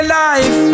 life